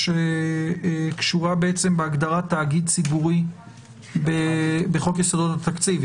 שקשורה בהגדרת תאגיד ציבורי בחוק יסודות התקציב.